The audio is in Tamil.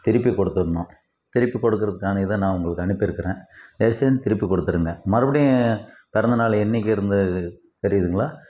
திருப்பி கொடுத்துர்ணும் திருப்பி கொடுக்கறதுக்கான இதை நான் உங்களுக்கு அனுப்பியிருக்குறேன் தயவுசெஞ்சு திருப்பி கொடுத்துருங்க மறுபடியும் பிறந்தநாளு என்றைக்கு இருந்து தெரியுதுங்களா